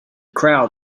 crowd